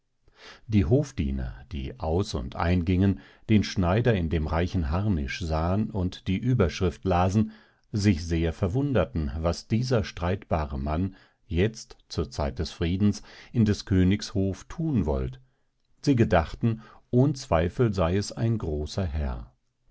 die hofdiener die aus und eingingen den schneider in dem reichen harnisch sahen und die ueberschrift lasen sich sehr verwunderten was dieser streitbare mann jetzt zur zeit des friedens in des königs hof thun wollt sie gedachten ohn zweifel sey es ein großer herr